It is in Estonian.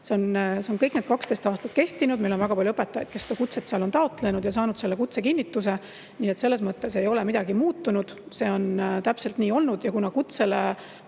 See on kõik need 12 aastat kehtinud. Meil on väga palju õpetajaid, kes on kutset seal taotlenud ja saanud kutsekinnituse, nii et selles mõttes ei ole midagi muutunud. See on täpselt nii olnud. Kuna ilma